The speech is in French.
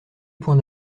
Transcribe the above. points